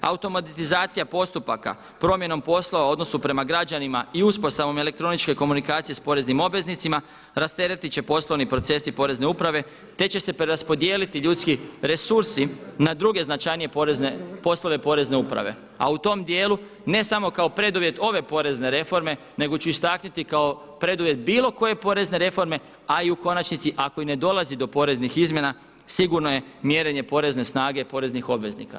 Automatizacija postupaka, promjenom poslova u odnosu prema građanima i uspostavom električne komunikacije s poreznim obveznicima, rasteretit će se poslovni procesi Porezne uprave, te će se preraspodijeliti ljudski resursi na druge značajnije poslove Porezne uprave, a u tom dijelu ne samo kao preduvjet ove porezne reforme, nego ću istaknuti kao preduvjet bilo koje porezne reforme, a i u konačnici ako i ne dolazi do poreznih izmjena sigurno je mjerenje porezne snage poreznih obveznika.